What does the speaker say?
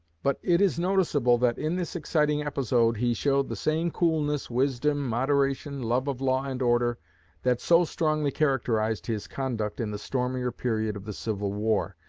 but it is noticeable that in this exciting episode he showed the same coolness, wisdom, moderation, love of law and order that so strongly characterized his conduct in the stormier period of the civil war,